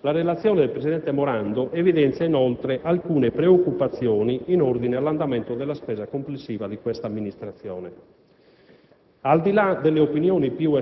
La relazione del presidente Morando evidenzia, inoltre, alcune preoccupazioni in ordine all'andamento della spesa complessiva di questa amministrazione;